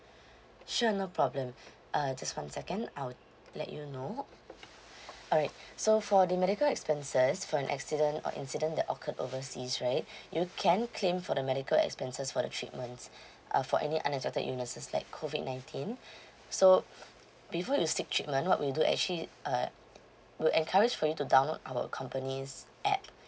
sure no problem uh just one second I'll let you know alright so for the medical expenses for an accident or incident that occurred overseas right you can claim for the medical expenses for the treatments uh for any under illnesses like COVID nineteen so before you seek treatment what we do actually uh we'll encourage to download our company app